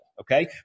Okay